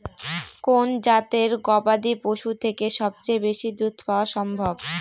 কোন জাতের গবাদী পশু থেকে সবচেয়ে বেশি দুধ পাওয়া সম্ভব?